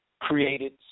created